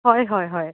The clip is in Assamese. হয় হয় হয়